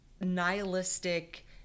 nihilistic